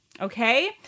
Okay